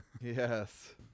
Yes